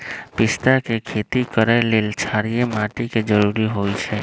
पिस्ता के खेती करय लेल क्षारीय माटी के जरूरी होई छै